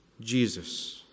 Jesus